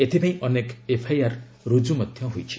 ଏଥିପାଇଁ ଅନେକ ଏଫ୍ଆଇଆର୍ ମଧ୍ୟ ରୁକୁ ହୋଇଛି